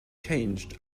changed